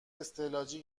استعلاجی